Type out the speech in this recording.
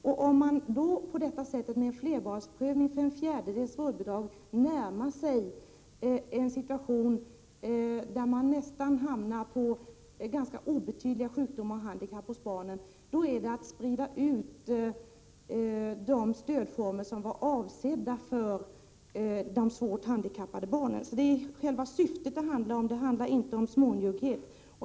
Om man då genom en flerbarnsprövning för ett fjärdedels vårdbidrag närmar sig situationen att bidraget utgår för ganska obetydliga sjukdomar och handikapp hos barnen, innebär det att man sprider ut det stöd som var avsett för de svårt handikappade barnen. Det handlar alltså om själva syftet och inte om smånjugghet.